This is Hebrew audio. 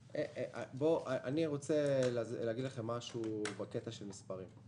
רוצה להגיד לכם משהו בעניין המספרים.